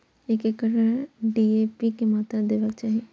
एक एकड़ में डी.ए.पी के मात्रा देबाक चाही?